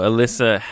Alyssa